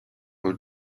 all